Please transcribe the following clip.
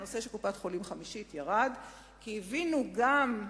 הנושא של קופת-חולים חמישית ירד כי הבינו גם,